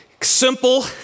Simple